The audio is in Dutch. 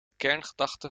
kerngedachte